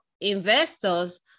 investors